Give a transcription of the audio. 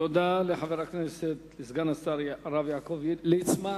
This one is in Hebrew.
תודה לסגן השר, הרב יעקב ליצמן.